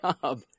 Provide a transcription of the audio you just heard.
job